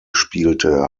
spielte